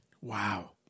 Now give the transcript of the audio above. Wow